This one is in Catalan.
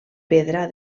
pedra